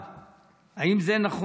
רצוני לשאול: 1. האם זה נכון?